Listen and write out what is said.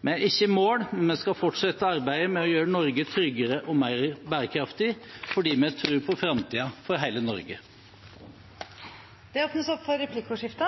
Vi er ikke i mål, men vi skal fortsette arbeidet med å gjøre Norge tryggere og mer bærekraftig – fordi vi tror på framtiden for hele Norge. Det blir replikkordskifte.